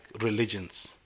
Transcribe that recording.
religions